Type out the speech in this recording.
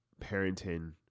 parenting